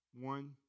One